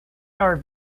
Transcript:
our